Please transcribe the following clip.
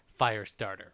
Firestarter